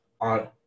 on